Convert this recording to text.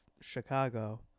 Chicago